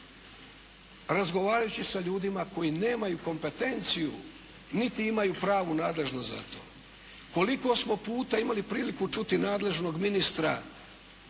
razgovarajući sa ljudima koji nemaju kompetenciju niti imaju pravu nadležnost za to. Koliko smo puta imali priliku čuti nadležnog ministra